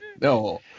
No